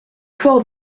fort